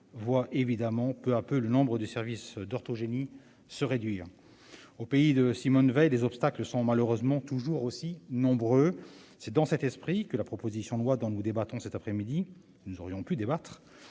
voient évidemment le nombre de services d'orthogénie se réduire peu à peu. Au pays de Simone Veil, les obstacles sont malheureusement toujours aussi nombreux. C'est dans cet esprit que la proposition de loi dont nous débattons cette après-midi- ou, plus précisément,